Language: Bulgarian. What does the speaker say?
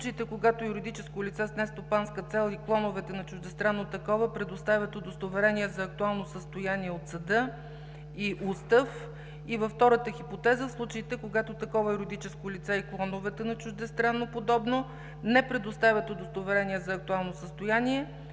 в случаите, когато юридическо лице с нестопанска цел и клоновете на чуждестранно такова предоставят удостоверение за актуално състояние от съда и устав; и втората хипотеза – в случаите, когато такова юридическо лице и клоновете на чуждестранно подобно не предоставят удостоверение за актуално състояние,